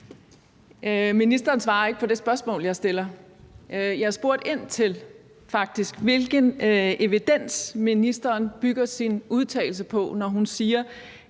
Ministeren svarer ikke på det spørgsmål, jeg stiller. Jeg spurgte ind til, hvilken evidens ministeren bygger sin udtalelse på, når hun siger,